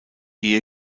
ehe